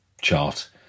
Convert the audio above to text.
chart